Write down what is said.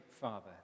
Father